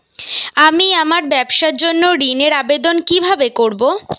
আমি আমার ব্যবসার জন্য ঋণ এর আবেদন কিভাবে করব?